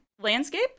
landscape